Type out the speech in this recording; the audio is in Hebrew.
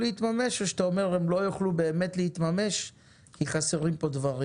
להתממש או שאתה אומר שהם לא באמת יוכלו להתממש כי חסרים כאן דברים?